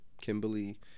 Kimberly